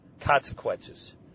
consequences